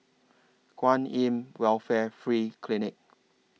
Kwan in Welfare Free Clinic